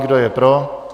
Kdo je pro?